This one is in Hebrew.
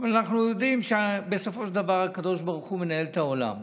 אבל אנחנו יודעים שבסופו של דבר הקדוש ברוך הוא מנהל את העולם.